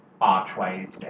archways